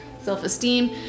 self-esteem